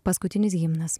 paskutinis himnas